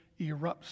erupts